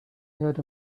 heard